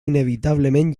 inevitablement